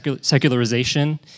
secularization